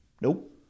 Nope